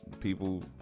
people